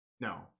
No